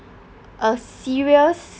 a serious